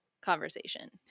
conversation